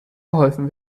geholfen